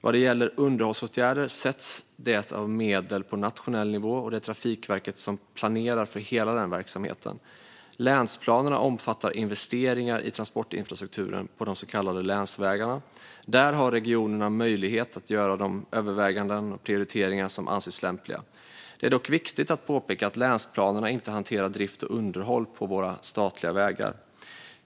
Vad det gäller underhållsåtgärder sätts det av medel på nationell nivå, och det är Trafikverket som planerar för hela den verksamheten. Länsplanerna omfattar investeringar i transportinfrastrukturen på de så kallade länsvägarna. Där har regionerna möjlighet att göra de överväganden och prioriteringar som anses lämpliga. Det är dock viktigt att påpeka att länsplanerna inte hanterar drift och underhåll på våra statliga vägar.